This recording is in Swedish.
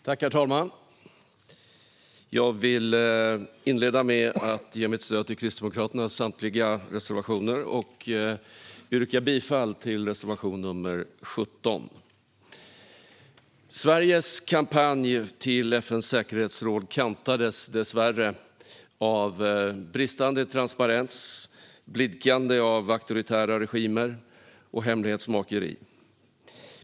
Herr talman! Jag vill inleda med att ge mitt stöd till Kristdemokraternas samtliga reservationer och yrka bifall till reservation nr 17. Sveriges kampanj till FN:s säkerhetsråd kantades dessvärre av bristande transparens, blidkande av auktoritära regimer och hemlighetsmakeri.